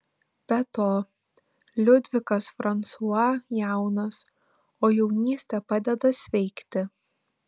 be to liudvikas fransua jaunas o jaunystė padeda sveikti